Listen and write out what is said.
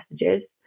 messages